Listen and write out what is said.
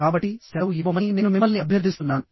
కాబట్టి సెలవు ఇవ్వమని నేను మిమ్మల్ని అభ్యర్థిస్తున్నాను